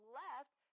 left